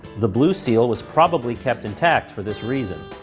the blue seal was probably kept intact for this reason.